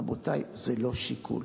רבותי, זה לא שיקול.